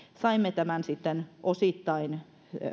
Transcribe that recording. saimme tämän sitten osittain